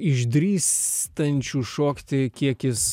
išdrįstančių šokti kiekis